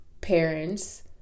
parents